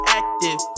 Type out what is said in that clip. active